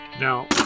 Now